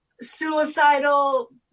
suicidal